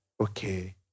okay